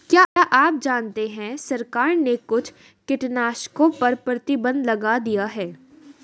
क्या आप जानते है सरकार ने कुछ कीटनाशकों पर प्रतिबंध लगा दिया है?